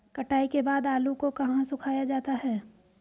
कटाई के बाद आलू को कहाँ सुखाया जाता है?